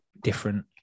different